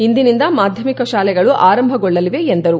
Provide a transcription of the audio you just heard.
ಇಂದಿನಿಂದ ಮಾಧ್ಯಮಿಕ ಶಾಲೆಗಳು ಆರಂಭಗೊಳ್ಳಲಿವೆ ಎಂದರು